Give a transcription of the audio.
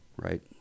Right